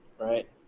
right